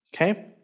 Okay